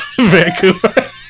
Vancouver